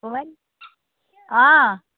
অকণ অ